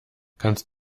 kannst